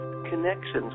connections